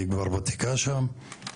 היא כבר ותיקה שם.